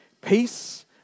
peace